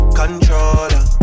controller